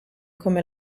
come